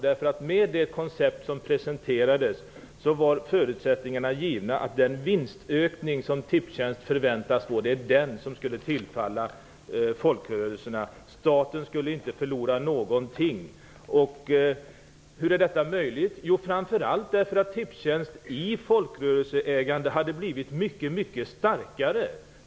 I det koncept som presenterades var förutsättningarna givna, att den vinstökning som Tipstjänst förväntas få skulle tillfalla folkrörelserna. Staten skulle inte förlora någonting. Hur är detta möjligt? Jo, framför allt därför att Tipstjänst i folkrörelseägo hade blivit mycket starkare.